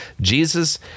Jesus